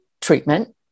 treatment